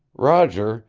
roger,